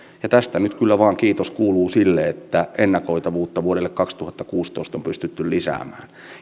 ja tästä nyt kyllä vain kiitos kuuluu sille että ennakoitavuutta vuodelle kaksituhattakuusitoista on pystytty lisäämään